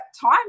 time